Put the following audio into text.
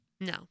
No